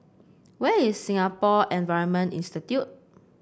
where is Singapore Environment Institute